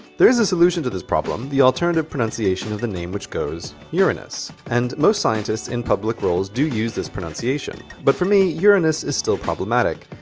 there is a solution to this problem, the alternative pronunsiation of the name, wich goes yur-in-us and most scientists in public roles do use this pronunciation. but for me yur-in-us is still problematic.